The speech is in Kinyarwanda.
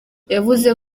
yavuze